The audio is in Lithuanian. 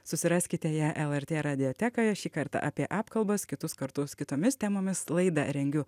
susiraskite ją lrt radiotekoje šį kartą apie apkalbas kitus kartus kitomis temomis laidą rengiu